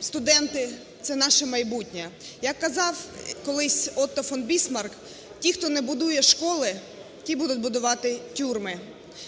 студенти – це наше майбутнє. Як казав колись Отто фон Бісмарк, ті, хто не будує школи, ті будуть будувати тюрми.